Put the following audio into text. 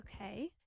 okay